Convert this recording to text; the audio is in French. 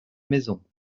maison